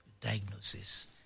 diagnosis